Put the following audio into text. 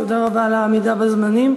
תודה רבה על העמידה בזמנים.